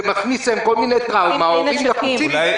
זה מכניס אותם לטראומות וההורים לחוצים מזה.